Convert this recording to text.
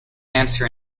answer